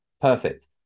Perfect